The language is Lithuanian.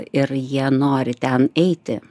ir jie nori ten eiti